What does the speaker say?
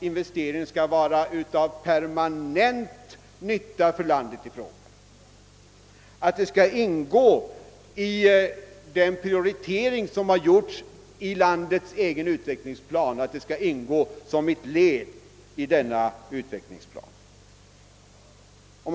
Investeringarna skall vara till permanent nytta för landet och ingå som ett led i landets egen utvecklingsplan och de prioriteringar som där gjorts.